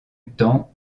temps